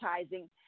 advertising